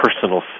personal